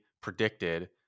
predicted